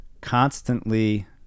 constantly